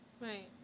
Right